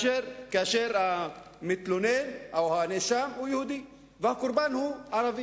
כאשר המתלונן או הנאשם הוא היהודי והקורבן הוא הערבי,